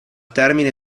termine